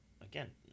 again